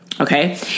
Okay